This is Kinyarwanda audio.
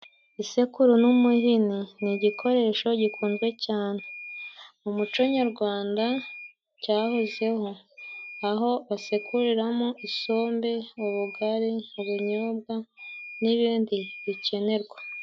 Isekuru n'umuhini ni igikoresho gikunzwe cyane mu muco nyarwanda cyahozeho, aho asekuriramo isombe, ubugari, ubunyobwa n'ibindi bikenerwa.